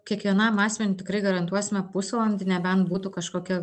kiekvienam asmeniui tikrai garantuosime pusvalandį nebent būtų kažkokia